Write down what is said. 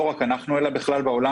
לא רק אנחנו אלא בכלל בעולם,